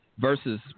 Versus